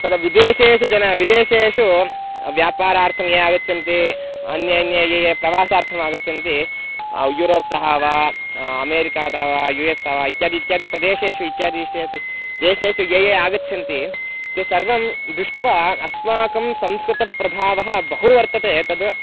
तद् विदेशेषु जनाः विदेशेषु व्यापारार्थं ये आगच्छन्ति अन्ये अन्ये ये ये प्रवासार्थम् आगच्छन्ति यूरोप्तः वा अमेरिकातः वा यू एस् तः वा इत्यादि इत्यादि प्रदेशेषु इत्यादि विषयेपि देशेषु ये ये आगच्छन्ति ते सर्वं दृष्ट्वा अस्माकं संस्कृतप्रभावः बहु वर्तते तद्